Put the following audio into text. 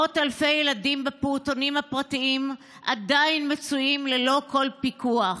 מאות אלפי ילדים בפעוטונים הפרטיים עדיין מצויים ללא כל פיקוח,